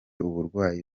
uburwayi